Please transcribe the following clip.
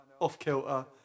off-kilter